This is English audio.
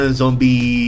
zombie